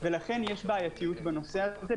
ולכן יש בעייתיות בנושא הזה.